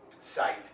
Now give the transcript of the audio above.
site